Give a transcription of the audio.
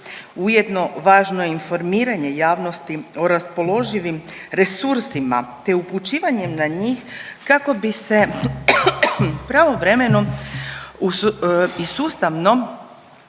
Ujedno važno je informiranje javnosti o raspoloživim resursima, te upućivanjem na njih kako bi se pravovremeno i sustavno